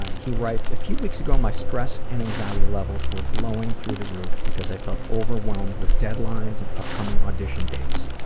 he writes, a few weeks ago my stress and anxiety levels were blowing through the roof because i felt overwhelmed with deadlines and upcoming audition dates.